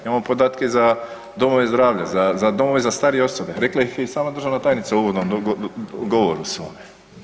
Imamo podatke za domove zdravlja, za, za domove za starije osobe, rekla ih je i sama državna tajnica u uvodnom govoru svome.